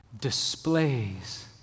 displays